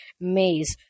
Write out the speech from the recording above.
maze